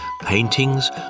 paintings